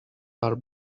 are